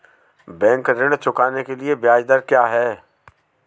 Bank ऋण चुकाने के लिए ब्याज दर क्या है?